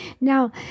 Now